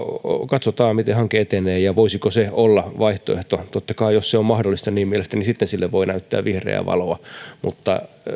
katsotaan miten hanke etenee ja voisiko se olla vaihtoehto totta kai jos se on mahdollista niin sitten mielestäni sille voi näyttää vihreää valoa mutta